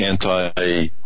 anti-